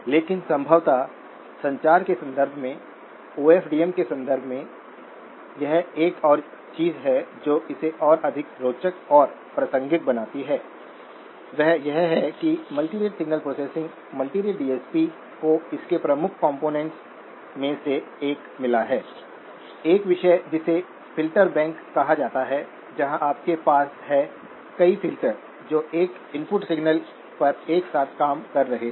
लेकिन संभवतः संचार के संदर्भ में औ फ डी म के संदर्भ में यह एक और चीज है जो इसे और अधिक रोचक और प्रासंगिक बनाती है वह यह है कि multirate signal processing multirate DSP को इसके प्रमुख कंपोनेंट्स में से एक मिला है एक विषय जिसे फिल्टर बैंक कहा जाता है जहां आपके पास है कई फिल्टर जो एक इनपुट सिग्नल पर एक साथ काम कर रहे हैं